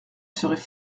seraient